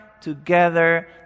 together